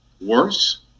worse